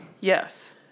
Yes